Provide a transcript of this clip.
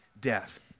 death